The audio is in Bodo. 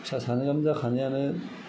फिसा सानै गाहाम जाखानायानो